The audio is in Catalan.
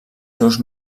seus